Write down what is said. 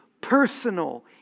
personal